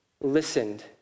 listened